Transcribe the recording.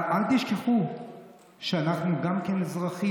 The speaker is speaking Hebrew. אבל אל תשכחו שאנחנו גם כן אזרחים,